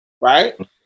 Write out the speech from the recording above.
right